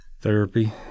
Therapy